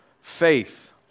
faith